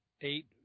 eight